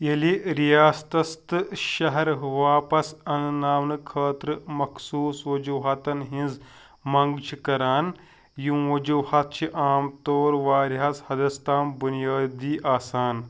ییٚلہِ رِیاستس تہٕ شہر واپس انٕناونہٕ خٲطرٕ مخصوٗص وجوٗہاتن ہٕنٛز منٛگ چھِ کَران یِم وجوٗہات چھِ عام طور واریاہس حدس تام بُنیٲدی آسان